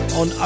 on